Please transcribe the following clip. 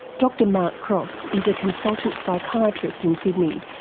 dr mark cross is a consultant psychiatrist in sydney,